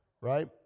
Right